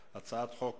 הלוואי שהצעת החוק